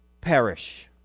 perish